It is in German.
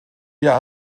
ihr